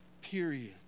period